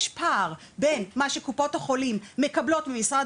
יש פער בין מה שקופות החולים מקבלות ממשרד